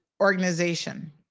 organization